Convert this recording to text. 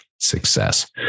success